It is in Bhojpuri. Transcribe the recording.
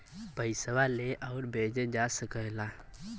पइसवा ले आउर भेजे जा सकेला